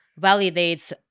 validates